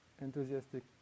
enthusiastic